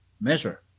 measure